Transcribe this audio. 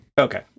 Okay